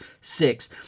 six